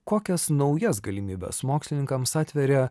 kokias naujas galimybes mokslininkams atveria